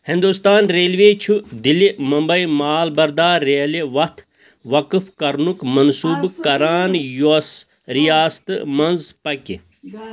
Hindustan railway چھُ دہلی ممبئی مال بردار ریلہِ وتھ وقٕف کرنُک منصوبہٕ کران یۄس ریاستہٕ منٛز پکہِ